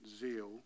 zeal